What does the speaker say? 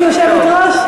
כיושבת-ראש,